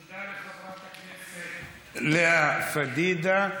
תודה לחברת הכנסת לאה פדידה.